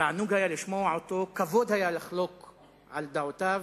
תענוג היה לשמוע אותו, וכבוד היה לחלוק על דעותיו.